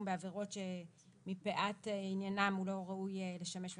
בעבירות שמפאת עניינן הוא לא ראוי לשמש מפקח,